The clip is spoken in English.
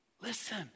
Listen